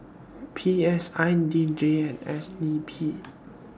P S I D J and S D P